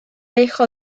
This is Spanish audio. hijo